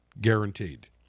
guaranteed